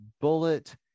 bullet